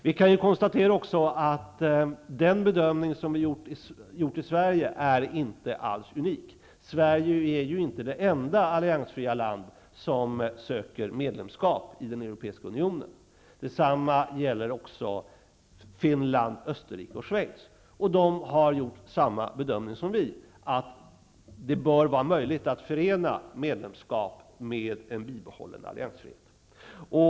Vi kan också konstatera att den bedömning som vi har gjort i Sverige inte alls är unik. Sverige är inte det enda alliansfria land som söker medlemskap i den europeiska unionen. Detsamma gäller Finland, Österrike och Schweiz. I dessa länder har man gjort samma bedömning som vi, nämligen att det bör vara möjligt att förena medlemskap med en bibehållen alliansfrihet.